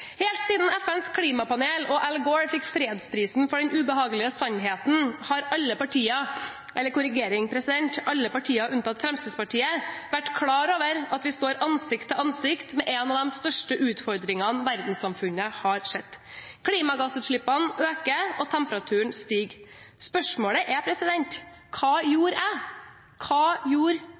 Helt siden FNs klimapanel og Al Gore fikk fredsprisen for den ubehagelige sannheten, har alle partier – en korrigering: alle partier unntatt Fremskrittspartiet – vært klar over at vi står ansikt til ansikt med en av de største utfordringene verdenssamfunnet har sett. Klimagassutslippene øker, og temperaturen stiger. Spørsmålet er: Hva gjorde jeg? Hva gjorde